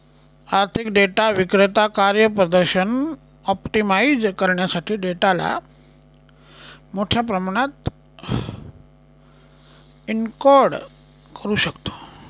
आर्थिक डेटा विक्रेता कार्यप्रदर्शन ऑप्टिमाइझ करण्यासाठी डेटाला मोठ्या प्रमाणात एन्कोड करू शकतो